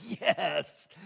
yes